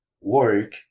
work